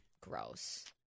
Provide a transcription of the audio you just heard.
Gross